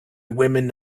women